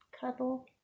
cuddle